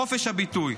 חופש הביטוי.